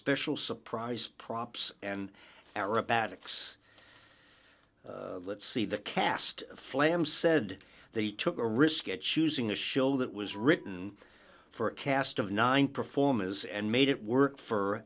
special surprise props and aerobatics let's see the cast flam said they took a risk it choosing a show that was written for a cast of nine performers and made it work for